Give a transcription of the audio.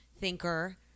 thinker